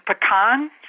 pecan